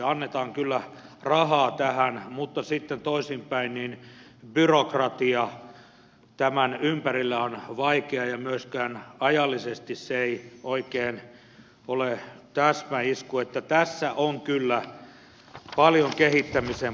annetaan kyllä rahaa tähän mutta sitten toisinpäin byrokratia tämän ympärillä on vaikea ja myöskään ajallisesti se ei oikein ole täsmäisku niin että tässä on kyllä paljon kehittämisen paikkaa